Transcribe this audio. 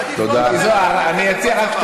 אני אציע רק,